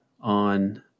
on